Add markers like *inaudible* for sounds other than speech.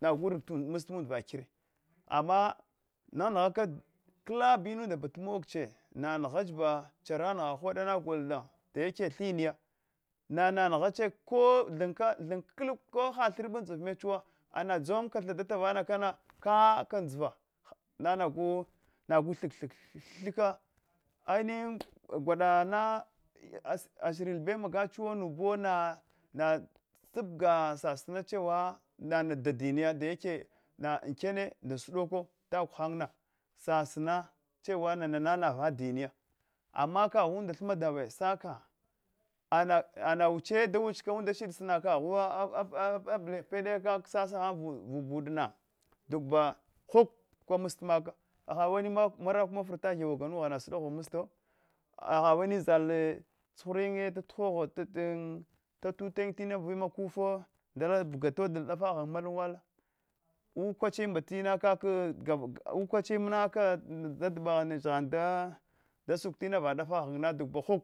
nagu rgga meche msta unda va kure ama nanghaka bakala numla mogche, nanghache ba chera ngha hoɗa na golna dayaki thi niya, nana nghache *unintelligible* ko ha thrb andzivinechewo ana dzonka thadata vana kana kakan dzva nanagu thik thik thika anihin gwaɗana zhirin bewo magachewo nubuwo na tabga sasi nachewa na dadiniya dayaki na ankena nda suɗoko tagwa hanna sasina chewa nana na ghannye dine ama kaghunda thmmadawe saka ana wuche da wuche ka unda shiɗe sana kaghuwa, aballai peɗe sasa han vi buɗana toba hubpa mstan maka, hahaɗa wani marak ma farta ngya ggn da thama suɗova msto, hahaɗ klani zale chuhurni tatuhogho tatunyin ina va ina hufa ndala baga doddala ta ɗafa ghan malan wala ukwachi mbata ina kaka ukuladin mna dadɓa ghan neche da suk tina va dafa ghan duba huɓ